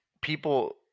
people –